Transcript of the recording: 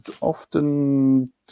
often